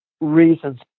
reasons